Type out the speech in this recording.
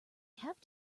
have